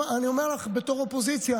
אני אומר לך בתור אופוזיציה,